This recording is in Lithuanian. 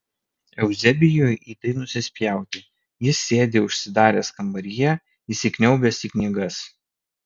euzebijui į tai nusispjauti jis sėdi užsidaręs kambaryje įsikniaubęs į knygas